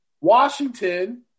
Washington